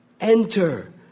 Enter